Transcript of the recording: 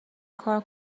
کار